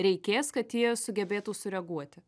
reikės kad ji sugebėtų sureaguoti